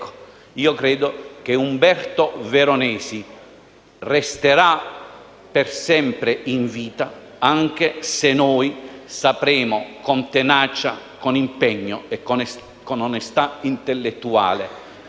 io credo che Umberto Veronesi resterà per sempre in vita anche se noi sapremo, con tenacia, con impegno e con onestà intellettuale,